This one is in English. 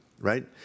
right